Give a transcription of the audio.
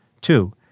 Two